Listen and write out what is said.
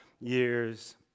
years